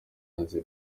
yandikiwe